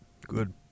Good